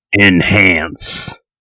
Enhance